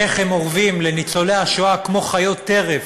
איך הם אורבים לניצולי השואה כמו חיות טרף,